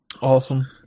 Awesome